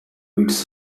bits